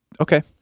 okay